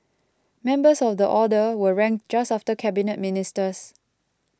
members of the order were ranked just after Cabinet Ministers